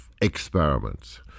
experiments